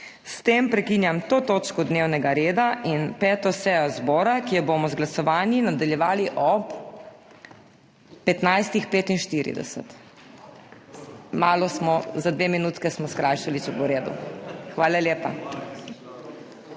S tem prekinjam to točko dnevnega reda in 5. sejo zbora, ki jo bomo z glasovanji nadaljevali ob 15.45. Za dve minutki smo skrajšali, če bo v redu. Hvala lepa.